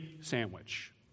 sandwich